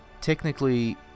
technically